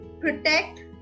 protect